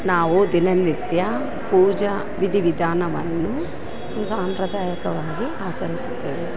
ನಾವು ದಿನನಿತ್ಯ ಪೂಜಾ ವಿಧಿ ವಿಧಾನವನ್ನು ಸಾಂಪ್ರದಾಯಿಕವಾಗಿ ಆಚರಿಸುತ್ತೇವೆ